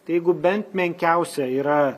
tai jeigu bent menkiausia yra